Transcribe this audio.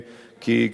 כי,